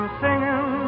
singing